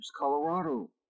Colorado